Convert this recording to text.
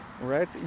Right